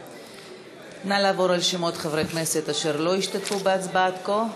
בעד נא לעבור על שמות חברי הכנסת שלא השתתפו בהצבעה עד כה.